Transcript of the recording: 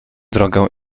drogę